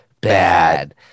bad